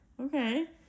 okay